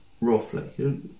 Roughly